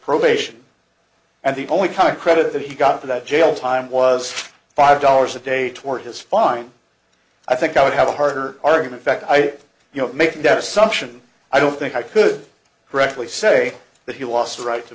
probation and the only kind of credit he got for that jail time was five dollars a day toward his fine i think i would have a harder argument fact i you know making that assumption i don't think i could correctly say that he lost the right to